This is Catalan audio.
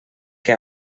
que